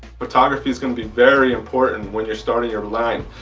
photography is gonna be very important when you're starting your line.